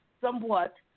somewhat